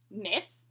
myth